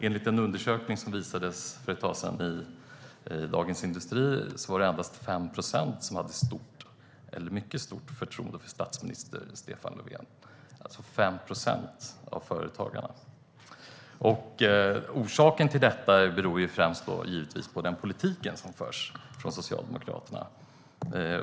Enligt en undersökning som redovisades i Dagens Industri för ett tag sedan var det endast 5 procent av företagarna som hade stort eller mycket stort förtroende för statsminister Stefan Löfven. Orsaken till detta är givetvis främst den politik som förs av Socialdemokraterna.